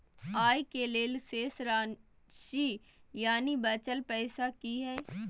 आय के लेल शेष राशि यानि बचल पैसा की हय?